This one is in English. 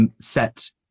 set